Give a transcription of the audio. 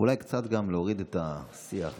אולי קצת גם להוריד את השיח והלהבות.